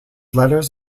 letters